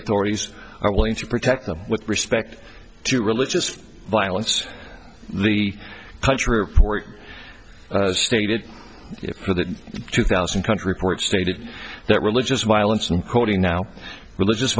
authorities are willing to protect them with respect to religious violence the country report stated for the two thousand country court stated that religious violence i'm quoting now religious